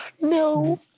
No